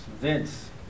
Vince